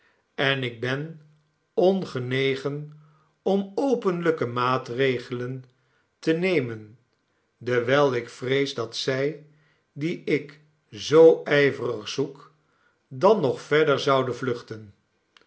en ik ben ongenegen om openlijke maatregelen te nemen dewijl ik vrees dat zij die ik zoo ijverig zoek dan nog verder zouden vluchten